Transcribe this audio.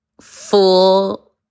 full